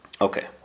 Okay